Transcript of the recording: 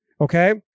okay